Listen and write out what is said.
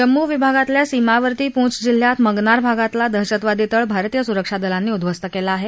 जम्मू विभागात सीमावतीं पूंछ जिल्ह्यात मंगनार भागातला दहशतवादी तळ भारतीय सुरक्षा दलांनी उध्वस्त केला आहे